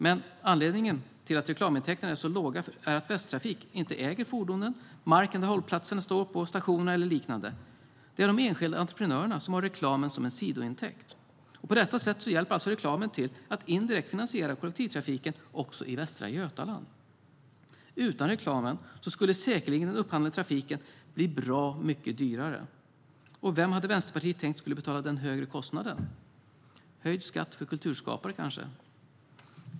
Men anledningen till att reklamintäkterna är så låga är att Västtrafik inte äger fordonen, marken där hållplatserna står på, stationerna eller liknande. Det är de enskilda entreprenörerna som har reklamen som en sidointäkt. På detta sätt hjälper alltså reklamen till att indirekt finansiera kollektivtrafiken också i Västra Götaland. Utan reklamen skulle säkerligen den upphandlade trafiken bli bra mycket dyrare. Och vem hade Vänsterpartiet tänkt skulle betala den högre kostnaden? Höjd skatt för kulturskapare kanske?